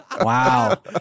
Wow